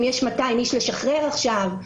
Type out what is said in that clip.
אם יש 200 איש לשחרר עכשיו,